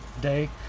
day